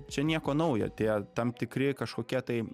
čia nieko naujo tie tam tikri kažkokie tai